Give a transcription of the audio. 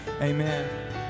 amen